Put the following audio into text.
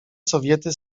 sowiety